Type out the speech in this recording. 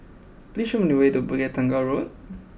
please show me the way to Bukit Tunggal Road